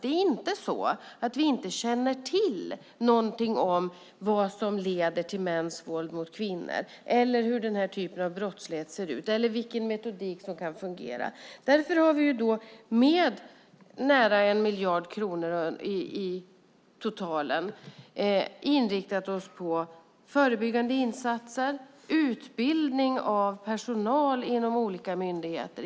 Det är inte så att vi inte känner till någonting om vad som leder till mäns våld mot kvinnor, hur den här typen av brottslighet ser ut eller vilken metodik som kan fungera. Därför har vi med totalt nära 1 miljard kronor inriktat oss på förebyggande insatser och inte minst utbildning av personal inom olika myndigheter.